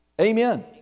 Amen